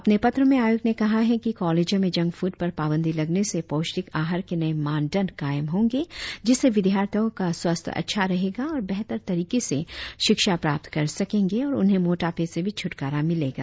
अपने पत्र में आयोग ने कहा है कि कॉलेजों में जंक फूड पर पाबंदी लगने से पौष्टिक आहार के नये मानदंड कायम होंगे जिससे विद्यार्थियों का स्वास्थ्य अच्छा रहेगा और बेहतर तरीके से शिक्षा प्राप्त कर सकेंगे और उन्हें मोटापे से भी छुटकारा मिलेगा